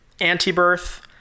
anti-birth